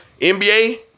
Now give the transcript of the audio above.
NBA